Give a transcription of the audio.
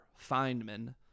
Feynman